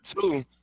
two